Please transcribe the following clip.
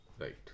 Right